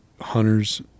hunters